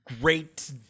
great